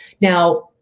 now